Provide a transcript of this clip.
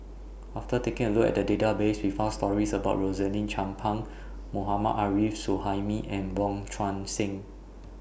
after taking A Look At The Database We found stories about Rosaline Chan Pang Mohammad Arif Suhaimi and Wong Tuang Seng